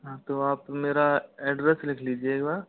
हाँ तो आप मेरा एड्रैस लिख लीजियेगा